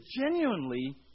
genuinely